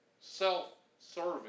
self-serving